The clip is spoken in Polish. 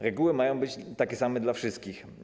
Reguły mają być takie same dla wszystkich.